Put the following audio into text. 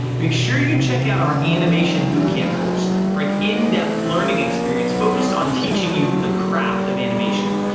make sure you check out our animation boot camp course, for an in-depth learning experience, focused on teaching you the craft of animation.